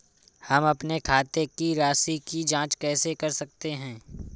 हम अपने खाते की राशि की जाँच कैसे कर सकते हैं?